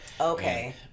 okay